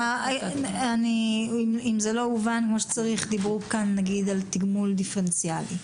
דיברו כאן למשל על תגמול דיפרנציאלי,